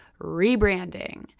rebranding